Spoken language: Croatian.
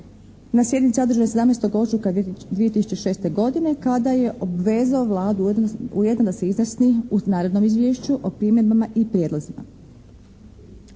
na sjednici održanoj 17. ožujka 2006. godine kada je obvezao Vladu ujedno da se izjasni u narednom izvješću o primjedbama i prijedlozima.